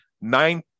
nine